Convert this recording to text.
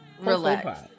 Relax